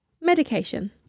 medication